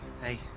Hey